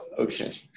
okay